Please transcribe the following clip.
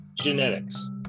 genetics